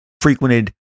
frequented